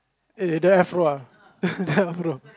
eh that one I follow ah that one I follow